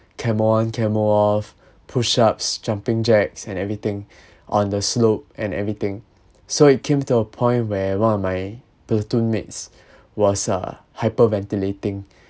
camo on camo off push ups jumping jacks and everything on the slope and everything so it came to a point where one of my platoon mates was uh hyperventilating